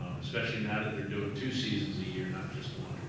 um especially now that they're doing two season a year, not just one.